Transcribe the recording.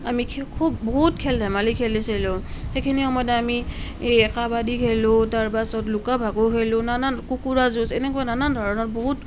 আমি খি খুব বহুত খেল ধেমালি খেলিছিলোঁ সেইখিনি সময়তে আমি এই কাবাডী খেলোঁ তাৰপাছত লুকা ভাকু খেলো নানান কুকুৰা যুঁজ এনেকুৱা নানান ধৰণৰ বহুত